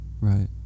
Right